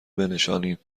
بنشانیم